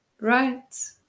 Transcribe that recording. right